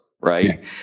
right